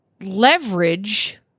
leverage